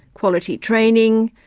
quality training,